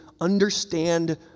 understand